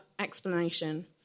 explanation